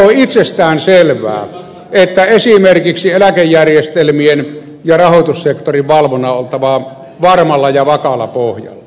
meille on itsestäänselvää että esimerkiksi eläkejärjestelmien ja rahoitussektorin valvonnan on oltava varmalla ja vakaalla pohjalla